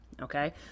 okay